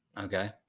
Okay